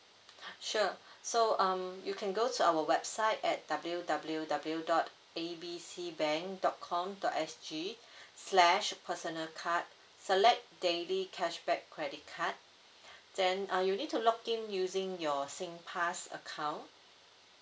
sure so um you can go to our website at W W W dot A B C bank dot com dot S G slash personal card select daily cashback credit card then uh you need to log in using your singpass account